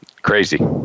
Crazy